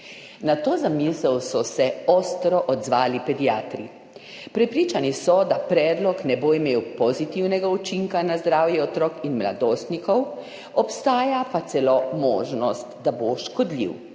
Na to zamisel so se ostro odzvali pediatri. Prepričani so, da predlog ne bo imel pozitivnega učinka na zdravje otrok in mladostnikov, obstaja pa celo možnost, da bo škodljiv.